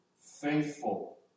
faithful